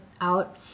out